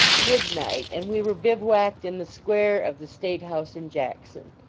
midnight, and we were bivouacked in the square of the state-house in jackson.